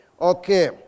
Okay